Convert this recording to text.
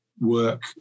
work